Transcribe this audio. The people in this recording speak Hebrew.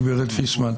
גברת פיסמן,